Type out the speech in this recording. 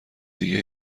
دیگه